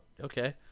Okay